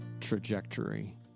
trajectory